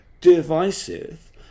divisive